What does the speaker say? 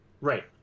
Right